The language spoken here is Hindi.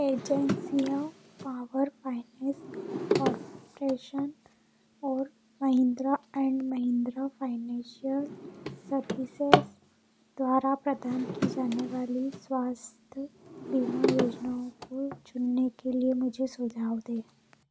एजेंसियों पावर फाइनेंस कॉर्पोरेशन और Mahindra and Mahindra financial services द्वारा प्रदान की जाने वाली स्वास्थ्य बीमा योजनाओं को चुनने के लिए मुझे सुझाव दें